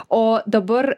o dabar